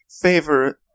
Favorite